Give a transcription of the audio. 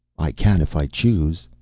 i can if i choose.